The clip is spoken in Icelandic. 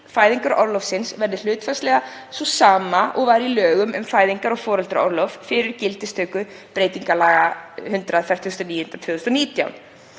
fæðingarorlofsins verði hlutfallslega sú sama og var í lögum um fæðingar- og foreldraorlof fyrir gildistöku breytingalaga, nr. 149/2019,